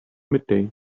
midday